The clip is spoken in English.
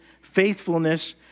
faithfulness